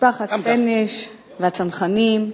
משפחת סנש והצנחנים,